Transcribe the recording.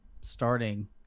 starting